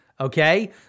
Okay